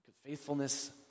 Faithfulness